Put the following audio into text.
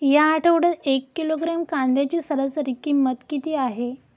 या आठवड्यात एक किलोग्रॅम कांद्याची सरासरी किंमत किती आहे?